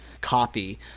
copy